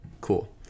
cool